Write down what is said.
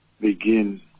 begin